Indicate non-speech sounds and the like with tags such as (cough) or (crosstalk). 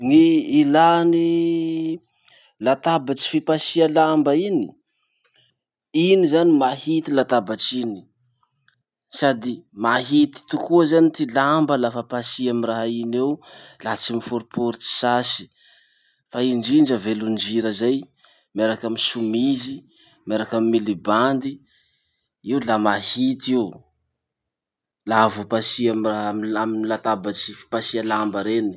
Gny ilà ny latabatry fipasia lamba iny, iny zany mahity latabatry iny sady mahity tokoa zany ty lamba lafa pasy amy raha iny eo, la tsy miforoporotsy sasy. Fa indrindra velondrira zay, miaraky amy somizy, miaraky amy milibandy, io la mahity io (hesitation) laha vo pasy amy ra- amy latabatry fipasiha lamba reny.